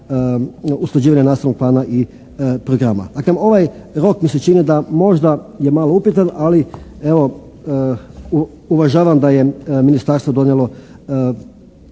usklađivanje nastavnog plana i programa. Dakle, ovaj rok mi se čini da možda je malo upitan ali evo uvažavam da je ministarstvo donijelo